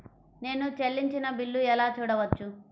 నేను చెల్లించిన బిల్లు ఎలా చూడవచ్చు?